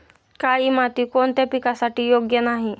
काळी माती कोणत्या पिकासाठी योग्य नाही?